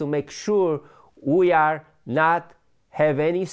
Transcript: to make sure we are not have any